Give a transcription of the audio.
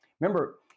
Remember